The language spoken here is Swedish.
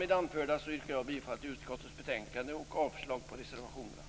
Med det anförda yrkar jag bifall till hemställan i utskottets betänkande och avslag på reservationerna.